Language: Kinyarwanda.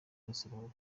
rusororo